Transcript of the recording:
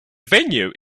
venue